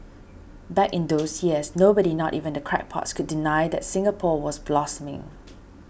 back in those years nobody not even the crackpots could deny that Singapore was blossoming